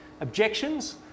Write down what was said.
objections